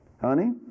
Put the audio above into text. Honey